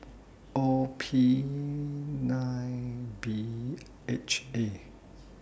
O P nine B H A